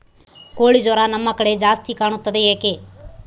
ಕೋಳಿ ಜ್ವರ ನಮ್ಮ ಕಡೆ ಜಾಸ್ತಿ ಕಾಣುತ್ತದೆ ಏಕೆ?